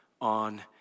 on